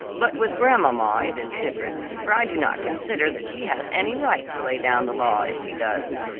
but with grandmamma it is different, for i do not consider that she has any right to lay down the law as she does.